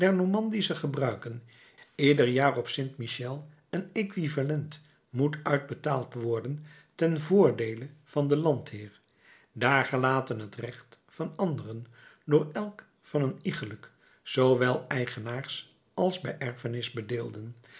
gebruiken ieder jaar op st michel een equivalent moet uitbetaald worden ten voordeele van den landheer daargelaten het recht van anderen door elk en een iegelijk zoo wel eigenaars als bij erfenis bedeelden